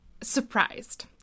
surprised